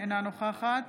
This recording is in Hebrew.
אינה נוכחת